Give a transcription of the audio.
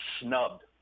snubbed